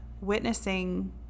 witnessing